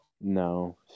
No